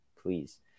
please